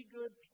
good